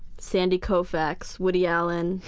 sandy koufax, woody allen,